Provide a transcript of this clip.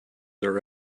are